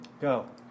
Go